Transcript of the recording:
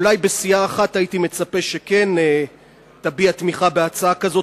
אולי מסיעה אחת הייתי מצפה שכן תביע תמיכה בהצעה כזאת,